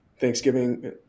Thanksgiving